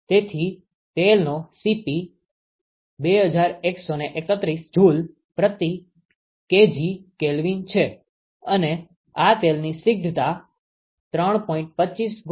તેથી તેલનો Cp 2131 જૂલકિગ્રાકેલ્વિનJkgK છે અને આ તેલની સ્નીગ્ધતા 3